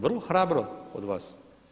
Vrlo hrabro od vas.